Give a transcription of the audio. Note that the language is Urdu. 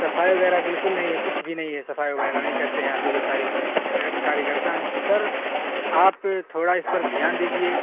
صفائی وغیرہ بالکل نہیں ہے کچھ بھی نہیں ہے صفائی وغیرہ نہیں کرتے ہیں یہاں پہ جو کاریہ کرتا ہیں تو سر آپ تھوڑا اس پر دھیان دیجیے